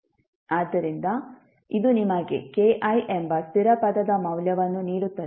ಆದ್ದರಿಂದ ಇದು ನಿಮಗೆ ki ಎಂಬ ಸ್ಥಿರ ಪದದ ಮೌಲ್ಯವನ್ನು ನೀಡುತ್ತದೆ